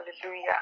hallelujah